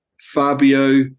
Fabio